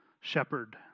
shepherd